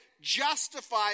justify